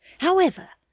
however,